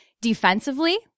defensively